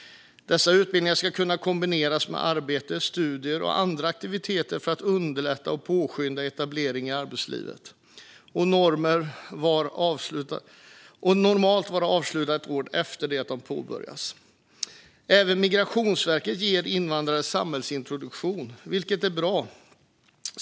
Dessa utbildningar ska kunna kombineras med arbete, studier och andra aktiviteter för att underlätta och påskynda etableringen i arbetslivet och normalt vara avslutade ett år efter att de påbörjats. Även Migrationsverket ger invandrare samhällsintroduktion, vilket är bra.